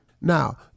Now